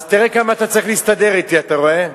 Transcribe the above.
אז תראה כמה אתה צריך להסתדר אתי, אתה רואה.